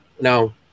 no